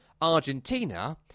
Argentina